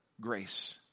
Grace